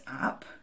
up